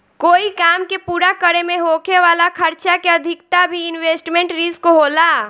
कोई काम के पूरा करे में होखे वाला खर्चा के अधिकता भी इन्वेस्टमेंट रिस्क होला